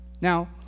Now